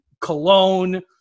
cologne